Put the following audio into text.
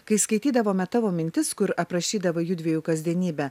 kai skaitydavome tavo mintis kur aprašydavai jųdviejų kasdienybę